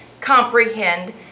comprehend